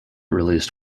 released